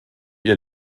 ihr